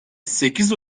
sekiz